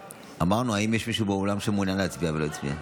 שאלנו: האם יש מישהו באולם שמעוניין להצביע ולא הצביע?